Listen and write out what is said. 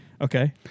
Okay